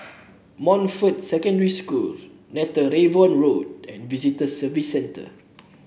Montfort Secondary School Netheravon Road and Visitor Services Centre